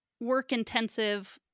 work-intensive